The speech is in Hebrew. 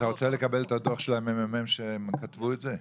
אתה רוצה לקבל את הדוח של הממ"מ שכתבו את זה?